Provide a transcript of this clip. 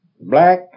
black